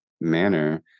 manner